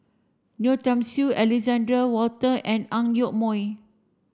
Yeo Tiam Siew Alexander Wolter and Ang Yoke Mooi